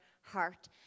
heart